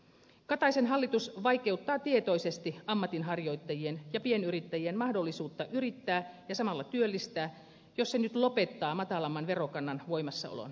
kataisen hallitus vaikeuttaa tietoisesti ammatinharjoittajien ja pienyrittäjien mahdollisuutta yrittää ja samalla työllistää jos se nyt lopettaa matalamman verokannan voimassaolon